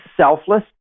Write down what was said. selfless